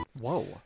Whoa